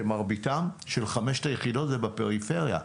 שמרביתם של חמש היחידות זה בפריפריה.